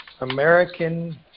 American